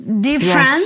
different